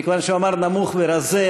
מכיוון שהוא אמר "נמוך ורזה",